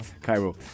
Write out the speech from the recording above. Cairo